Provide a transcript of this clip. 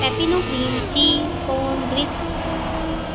pepino cream cheese corn grips